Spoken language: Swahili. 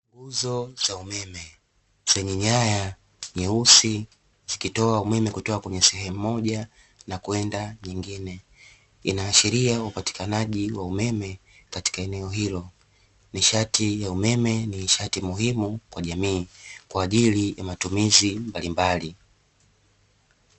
Nguzo za umeme zenye nyaya nyeusi, zikitoa umeme kutoka kwenye sehemu moja na kwenda nyingine. Inaashiria upatikanaji wa umeme katika eneo hilo. Nishati ya umeme ni nishati muhimu kwa jamii kwa ajili ya matumizi mbalimbali.